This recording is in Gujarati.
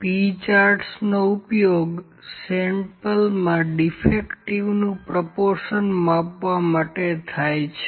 પી ચાર્ટ્સનો ઉપયોગ સેમ્પલમાં ડીફેક્ટિવનું પ્રોપોર્શન માપવા માટે થાય છે